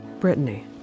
Brittany